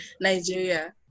Nigeria